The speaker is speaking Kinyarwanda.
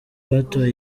batoye